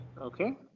Okay